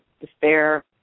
despair